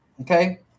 Okay